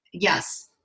yes